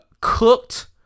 cooked